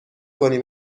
کنی